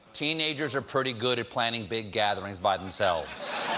teenagers are pretty good at planning big gatherings by themselves.